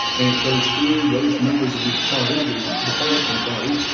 and it goes through those members of his party, the republican party.